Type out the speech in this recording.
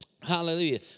Hallelujah